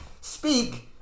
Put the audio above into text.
speak